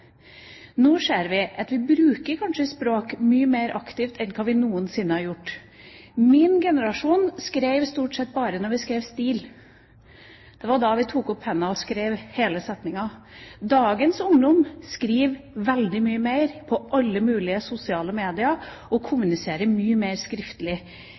Nå ser vi at vi kanskje bruker språk mye mer aktivt enn hva vi noensinne har gjort. I min generasjon skrev vi stort sett bare når vi skrev stil. Det var da vi tok opp pennen og skrev hele setninger. Dagens ungdom skriver veldig mye mer, i alle mulige sosiale media, og kommuniserer mye mer skriftlig.